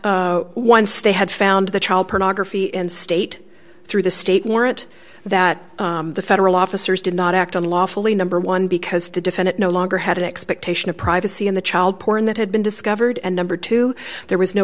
that once they had found the child pornography and state through the state warrant that the federal officers did not act on lawfully number one because the defendant no longer had an expectation of privacy in the child porn that had been discovered and number two there was no